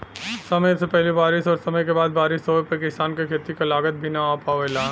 समय से पहिले बारिस और समय के बाद बारिस होवे पर किसान क खेती क लागत भी न आ पावेला